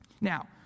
Now